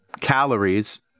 calories